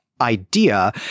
idea